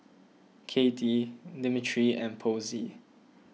Katy Dimitri and Posey